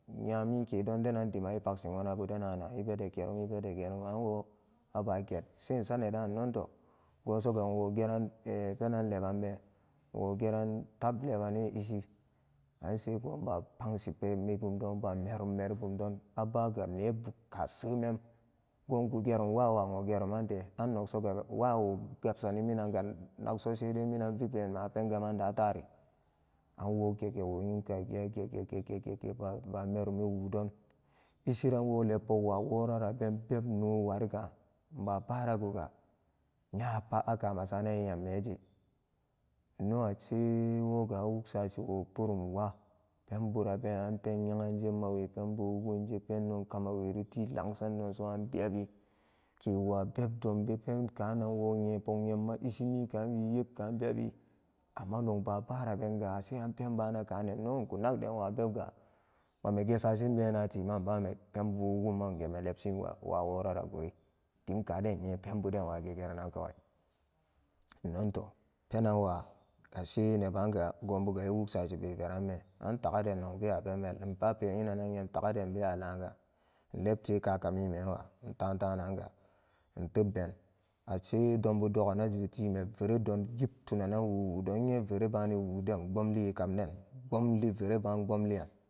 Nyan mike denan dima i paksi wona donbubaana i be de gerum i bede gerum an wo aba get se nsa nedaan nnoonto goon soga nwo gera penan leban be nwo geran tab lebane ishi ange gooon ba pan shi gerum meri bumdon ba merum meri bumdoon a baga nebu ka seemem goon gegurum wa wa nwa gerum ante annog soga wa wo gabsaniga minanga nak so sedai minan viperum na pen gaman na tari an wo gege wo nyin kagi age ge gege ba meruni ii wudon ishiran wo leppog wa woraran pen beb noo wari kaan mba ba kabenga mba bara guga nyapa aka me sarana inameje inno ashe woga a wug sashi wo purumwa penburaben an pen nya'anje nmawepenbu wu gunje pendo kama weri ti lang san don so ma bebi kewa bebdon bema pen kaan woo nyen pok nyaman ishi mikaan wi ye g kara bebi amma nok babarabenga ase a penba ana kaone nnkun nag den wa beb ga mami egesa shina benma nbame penbu wugu nge lebsin wa wora ra guri dimkaden nnye penburan wa ge geranan kawai nnoon toh penanwa ase nebaanga iwugsashi be veranbeen taga den nong bewa penme ape nyinanan nyam tag a den nbewa laan ga nlebte kaka mi men wa ntaan taananga ntebben ashe don bu do a na ju time veredon yib tunanan zuu wadon to nye vere baanni wu wu den pbomli ri kam den pbomli vere baan pboliran.